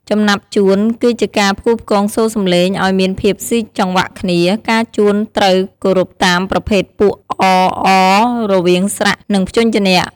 ចំណាប់ជួន គឺជាការផ្គូផ្គងសូរសំឡេងឱ្យមានភាពស៊ីចង្វាក់គ្នា ការជួនត្រូវគោរពតាមប្រភេទពួក អ-អ៊ រវាងស្រៈ និងព្យញ្ជនៈ។